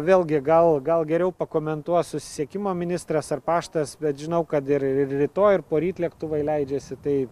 vėlgi gal gal geriau pakomentuos susisiekimo ministras ar paštas bet žinau kad ir rytoj ir poryt lėktuvai leidžiasi tai